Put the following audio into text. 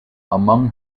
among